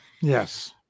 Yes